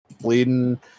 bleeding